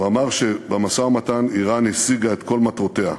הוא אמר שבמשא-ומתן איראן השיגה את כל מטרותיה: